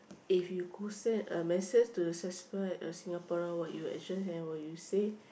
if you could send a message to a a Singaporean what you address and what you say